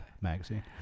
magazine